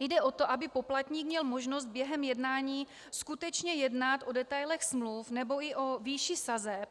Jde o to, aby poplatník měl možnost během jednání skutečně jednat o detailech smluv nebo i o výši sazeb,